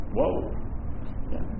Whoa